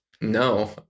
No